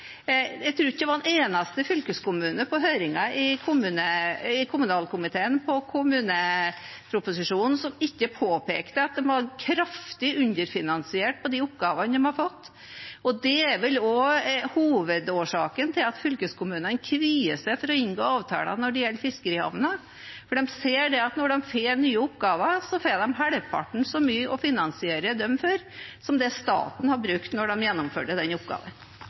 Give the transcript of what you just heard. Jeg tror ikke det var en eneste fylkeskommune på høringen om kommuneproposisjonen i kommunalkomiteen som ikke påpekte at de var kraftig underfinansiert på de oppgavene de har fått. Det er vel også hovedårsaken til at fylkeskommunene kvier seg for å inngå avtale når det gjelder fiskerihavner. For de ser at når de får nye oppgaver, får de halvparten så mye å finansiere dem for som det staten har brukt da de gjennomførte den oppgaven.